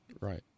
Right